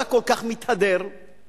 שאתה כל כך מתהדר בו,